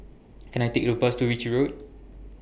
Can I Take A Bus to Ritchie Road